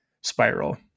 spiral